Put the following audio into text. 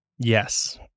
Yes